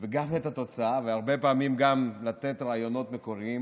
ואת התוצאה והרבה פעמים גם לתת רעיונות מקוריים